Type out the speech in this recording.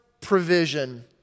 provision